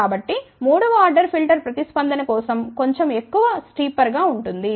కాబట్టి మూడవ order filter ప్రతిస్పందన కోసం కొంచెం ఎక్కువ కోణీయంగా ఉంటుంది